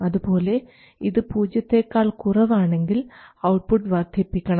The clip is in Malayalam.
അതുപോലെ ഇത് പൂജ്യത്തെക്കാൾ കുറവാണെങ്കിൽ ഔട്ട്പുട്ട് വർധിപ്പിക്കണം